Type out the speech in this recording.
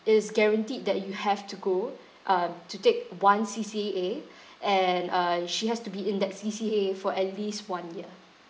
it is guaranteed that you have to go um to take one C_C_A and uh she has to be in that C_C_A for at least one year